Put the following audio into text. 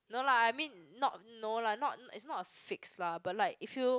no lah I mean not no lah not is not a fix lah but like if you